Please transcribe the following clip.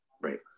right